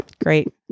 Great